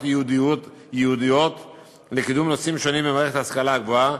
ייעודיות לקידום נושאים שונים במערכת ההשכלה הגבוהה,